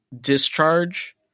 discharge